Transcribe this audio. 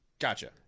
Gotcha